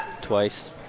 twice